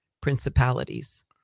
principalities